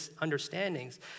understandings